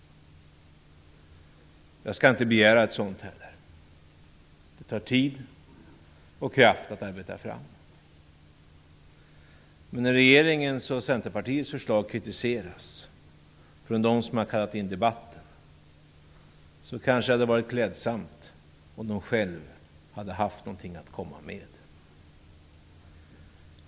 Jag skall inte heller begära ett sådant. Det tar tid och kraft att arbeta fram ett förslag. Regeringens och Centerpartiets förslag kritiseras av dem som har begärt debatten. Det kanske hade varit klädsamt om de själva hade haft någonting att komma med.